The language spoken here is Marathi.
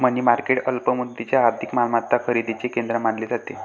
मनी मार्केट अल्प मुदतीच्या आर्थिक मालमत्ता खरेदीचे केंद्र मानले जाते